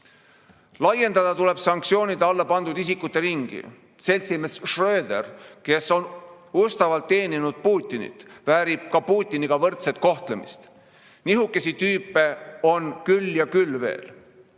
Laiendada tuleb sanktsioonide alla pandud isikute ringi. Seltsimees Schröder, kes on ustavalt teeninud Putinit, väärib ka Putiniga võrdset kohtlemist. Nihukesi tüüpe on küll ja